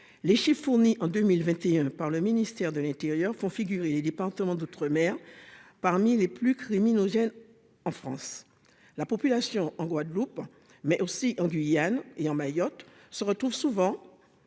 les chiffre fourni en 2021 par le ministère de l'Intérieur font figure et les départements d'outre-mer parmi les plus criminogènes en France, la population en Guadeloupe mais aussi en Guyane et à Mayotte se retrouvent souvent.